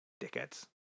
dickheads